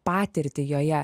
patirtį joje